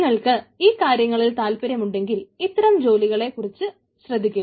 നിങ്ങൾക്ക് ഈ കാര്യങ്ങളിൽ താൽപര്യമുണ്ടെങ്കിൽ ഇത്തരം ജോലികളെ കുറിച്ച് ശ്രദ്ധിക്കുക